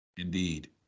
Indeed